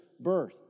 birth